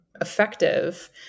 effective